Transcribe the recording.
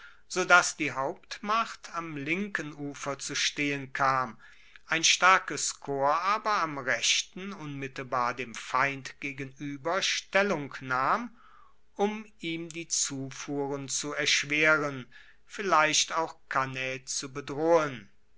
dass die hauptmacht am linken ufer zu stehen kam ein starkes korps aber am rechten unmittelbar dem feind gegenueber stellung nahm um ihm die zufuhren zu erschweren vielleicht auch cannae zu bedrohen